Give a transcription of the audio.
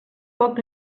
poc